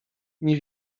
nie